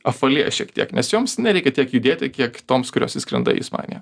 apvalėja šiek tiek nes joms nereikia tiek judėti kiek toms kurios išskrenda į ispaniją